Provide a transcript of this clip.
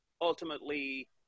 ultimately